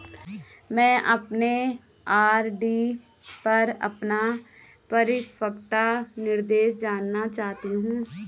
मैं अपने आर.डी पर अपना परिपक्वता निर्देश जानना चाहती हूँ